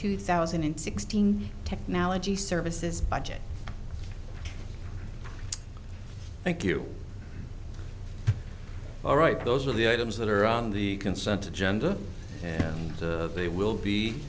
two thousand and sixteen technology services budget thank you all right those are the items that are on the consent agenda and they will be